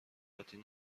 عادی